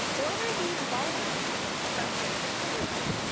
order these baldwins from favorite to least.